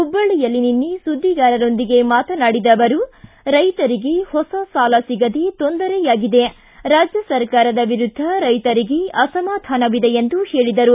ಹುಬ್ಬಳ್ಳಯಲ್ಲಿ ನಿನ್ನೆ ಸುದ್ದಿಗಾರರೊಂದಿಗೆ ಮಾತನಾಡಿದ ಅವರು ರೈತರಿಗೆ ಹೊಸ ಸಾಲ ಸಿಗದೆ ತೊಂದರೆಯಾಗಿದೆ ರಾಜ್ಯ ಸರ್ಕಾರದ ವಿರುದ್ದ ರೈತರಿಗೆ ಅಸಮಾಧಾನವಿದೆ ಎಂದರು